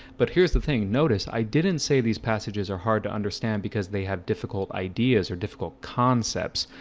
but here's the thing notice i didn't say these passages are hard to understand because they have difficult ideas or difficult concepts.